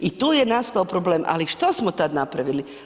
I tu je nastao problem ali što smo tad napravili?